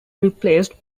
replaced